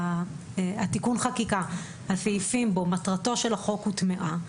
שתיקון החקיקה, הסעיפים בו, מטרתו של החוק הוטמעה,